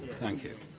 thank you.